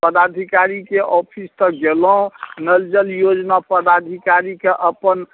पदाधिकारीके office तक गेलौँ नल जल योजना पदाधिकारीके अपन